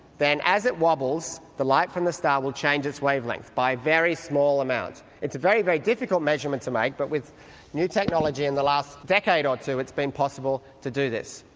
then as it wobbles the light from the star will change its wavelength by a very small amount. it's a very, very difficult measurement to make but with new technology in the last decade or two it's been possible to do this.